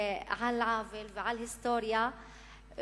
על עוול ועל היסטוריה,